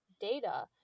data